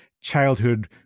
childhood